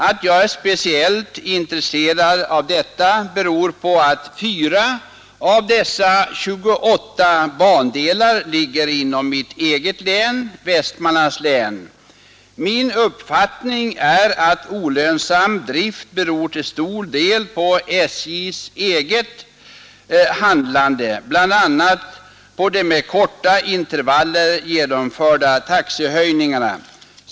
Att jag är speciellt intresserad av detta beror på att fyra av dessa 28 bandelar ligger inom mitt eget län, Västmanlands län. Min uppfattning är att olönsam drift beror till stor del på SJ:s eget handlande, bl.a. på de med korta intervaller genomförda taxehöjningarna.